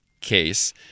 case